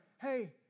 hey